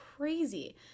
Crazy